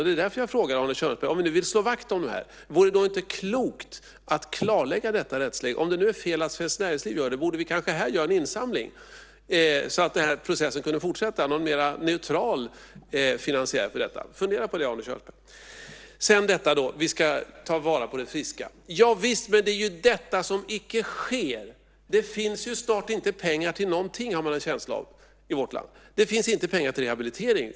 Det är därför som jag frågar Arne Kjörnsberg: Om ni nu vill slå vakt om kollektivavtalen, vore det då inte klokt att klarlägga detta rättsläge? Om det nu är fel att Svenskt Näringsliv gör det borde vi kanske här göra en insamling så att denna process kan fortsätta, alltså med någon mer neutral finansiär för detta. Fundera på det Arne Kjörnsberg. Sedan talade Arne Kjörnsberg om att vi ska ta vara på det friska. Javisst, men det är ju detta som icke sker. Man har ju en känsla av att det snart inte finns pengar till någonting i vårt land. Det finns inte pengar till rehabilitering.